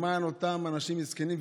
למען אותם אנשים מסכנים.